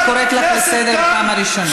אני קוראת אותך לסדר פעם ראשונה.